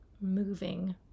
moving